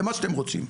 למה שאתם רוצים,